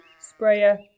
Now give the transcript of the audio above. sprayer